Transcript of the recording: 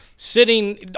sitting